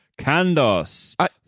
Kandos